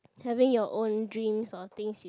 having your or dreams or things you